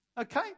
Okay